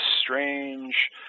strange –